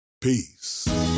Peace